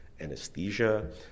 anesthesia